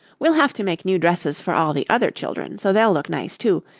we'll have to make new dresses for all the other children so they'll look nice too.